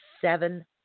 seven